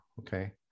Okay